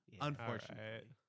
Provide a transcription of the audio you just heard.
Unfortunately